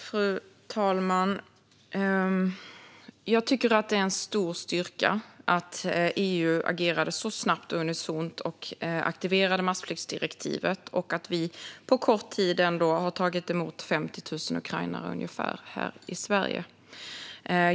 Fru talman! Jag tycker att det är en stor styrka att EU agerade så snabbt och unisont och aktiverade massflyktsdirektivet, liksom att vi på kort tid ändå har tagit emot ungefär 50 000 ukrainare här i Sverige.